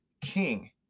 King